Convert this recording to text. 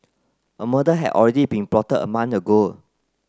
a murder had already been plotted a month ago